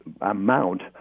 amount